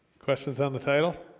questions on the title